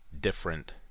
different